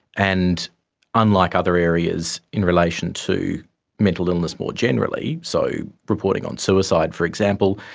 and unlike other areas in relation to mental illness more generally, so reporting on suicide for example,